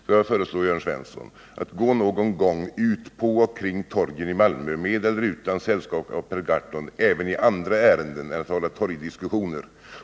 Jag vill föreslå Jörn Svensson att någon gång gå ut på torgen eller gatorna i Malmö — med eller utan sällskap av Per Gahrton — även i andra ärenden än för att hålla torgdiskussioner.